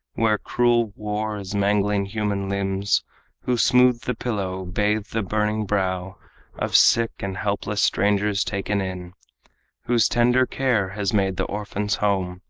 where cruel war is mangling human limbs who smooth the pillow, bathe the burning brow of sick and helpless strangers taken in whose tender care has made the orphans' home,